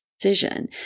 decision